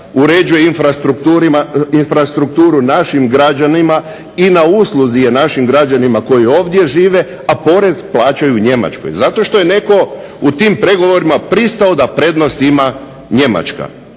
uređuje infrastrukturu našim građanima i na usluzi je našim građanima koji ovdje žive, a porez plaćaju Njemačkoj zato što je netko u tim pregovorima pristao da prednost ima Njemačka.